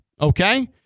Okay